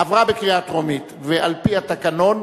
עברה בקריאה טרומית, ועל-פי התקנון,